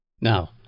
Now